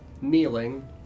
kneeling